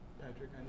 Patrick